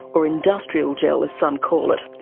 or industrial gel as some call it.